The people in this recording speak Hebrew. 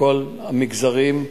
בכל המגזרים.